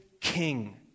king